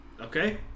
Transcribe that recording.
Okay